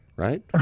Right